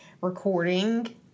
recording